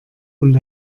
und